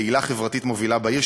פעילה חברתית מובילה בעיר,